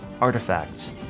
artifacts